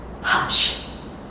hush